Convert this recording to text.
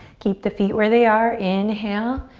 keep the feet where they are. inhale,